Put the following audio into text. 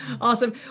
Awesome